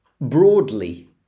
Broadly